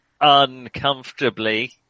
uncomfortably